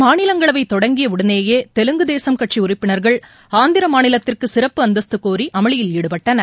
மாநிலங்களவைதொடங்கியஉடனேயேதெலுங்கு தேசம் கட்சிஉறுப்பினர்கள் ஆந்திரமாநிலத்திற்குசிறப்பு அந்தஸ்து கோரிஅமளியில் ஈடுபட்டனர்